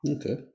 Okay